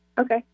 Okay